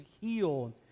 heal